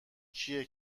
کیه